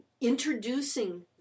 Introducing